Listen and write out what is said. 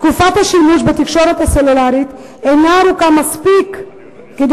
תקופת השימוש בתקשורת הסלולרית אינה ארוכה מספיק כדי